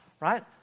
right